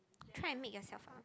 try and make a cellphone